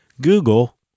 Google